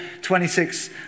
26